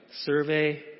survey